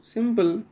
Simple